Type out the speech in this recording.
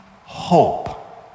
hope